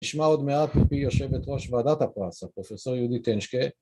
‫נשמע עוד מעט מפי יושבת ראש ‫ועדת הפרס, הפרופ' יהודית הנשקה.